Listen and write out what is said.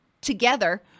together